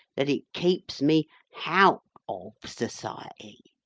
that it keeps me hout of society.